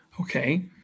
Okay